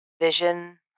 vision